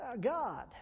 God